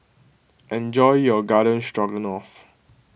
enjoy your Garden Stroganoff